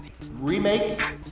remake